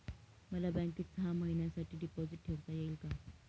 मला बँकेत सहा महिन्यांसाठी डिपॉझिट ठेवता येईल का?